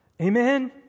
Amen